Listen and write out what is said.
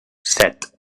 set